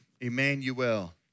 Emmanuel